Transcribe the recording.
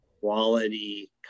Quality